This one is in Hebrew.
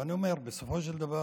ואני אומר, בסופו של דבר,